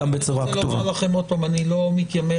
אני רוצה לומר לכם עוד פעם, אני לא מתיימר